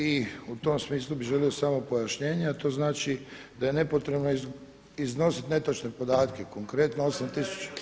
I u tom smislu bih želio samo pojašnjenje a to znači da je nepotrebno iznositi netočne podatke, konkretno 8000.